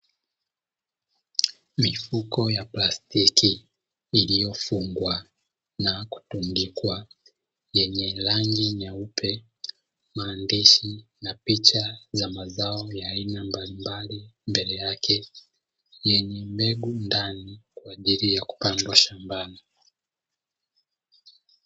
Mifuko ya plastiki iliyofungwa na kutundikwa yenye rangi nyeupe, maandishi na picha za mazao ya aina mbalimbali mbele yake; yenye mbegu ndani kwa ajili ya kupandwa shambani.